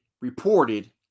reported